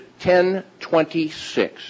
10.26